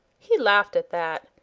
he laughed at that,